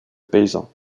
paysan